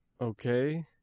Okay